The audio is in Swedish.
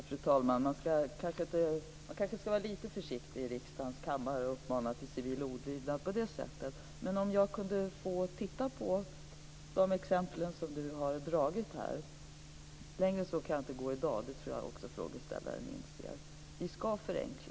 Fru talman! Man kanske skall vara lite försiktig med att i riksdagens kammare uppmana till civil olydnad. Men jag kanske kunde få titta på de exempel som du har tagit upp här. Längre än så kan jag inte gå i dag. Det tror jag också frågeställaren inser. Vi skall förenkla.